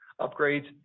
upgrades